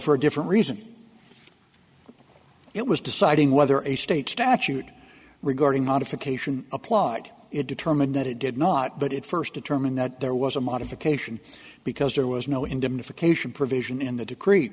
for a different reason it was deciding whether a state statute regarding modification applied it determined that it did not but it first determined that there was a modification because there was no indication provision in the decree